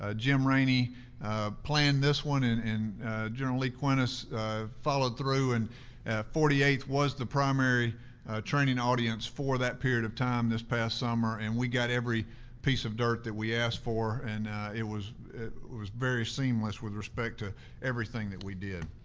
ah jim rainey planned this one and and general lee quintas followed through and forty eighth was the primary training audience for that period of time this past summer. and we got every piece of dirt that we asked for and it was was very seamless, with respect to everything that we did.